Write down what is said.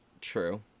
True